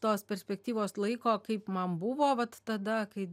tos perspektyvos laiko kaip man buvo vat tada kai